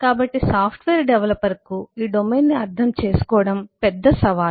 కాబట్టి సాఫ్ట్వేర్ డెవలపర్కు ఈ డొమైన్ను అర్థం చేసుకోవడం పెద్ద సవాలు